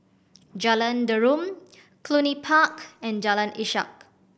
Jalan Derum Cluny Park and Jalan Ishak